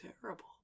terrible